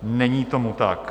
Není tomu tak.